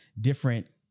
different